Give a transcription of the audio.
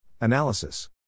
Analysis